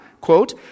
quote